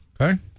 Okay